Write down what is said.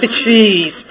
jeez